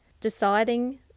deciding